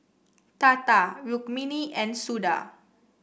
Tata Rukmini and Suda